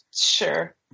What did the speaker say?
sure